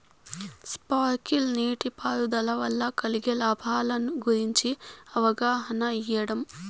Sprinkle నీటిపారుదల వల్ల కలిగే లాభాల గురించి అవగాహన ఇయ్యడం?